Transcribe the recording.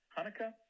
Hanukkah